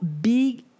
big